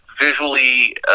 visually